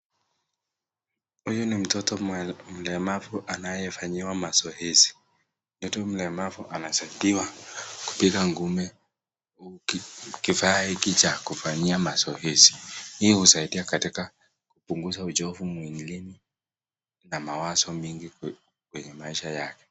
Huyu ni mtoto mlemavu anayefanyiwa mazoezi mtu mlemavu anasaidiwa kupiga ngumi kifaa hiki cha kufanyia mazoezi, hii husaidia katika kupunguza uchovu mwilini na mawazo mingi kwenye maisha yake.